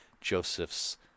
Joseph's